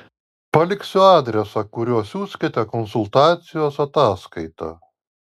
paliksiu adresą kuriuo siųskite konsultacijos ataskaitą